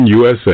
USA